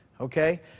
okay